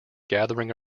gathering